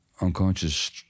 unconscious